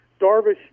Darvish